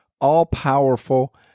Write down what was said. all-powerful